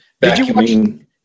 vacuuming